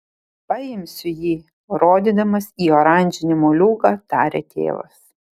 paimsiu jį rodydamas į oranžinį moliūgą tarė tėvas